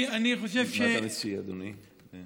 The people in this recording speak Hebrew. מה אתה מציע, אדוני?